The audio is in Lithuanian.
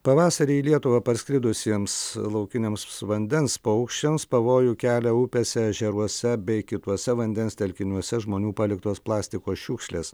pavasarį į lietuvą parskridusiems laukiniams vandens paukščiams pavojų kelia upėse ežeruose bei kituose vandens telkiniuose žmonių paliktos plastiko šiukšlės